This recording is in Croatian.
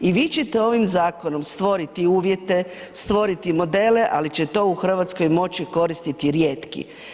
I vi ćete ovim zakonom stvoriti uvjete, stvoriti modele, ali će to u RH moći koristiti rijetki.